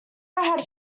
had